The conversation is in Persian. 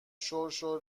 شرشر